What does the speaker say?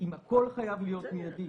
אם הכול חייב להיות מיידי.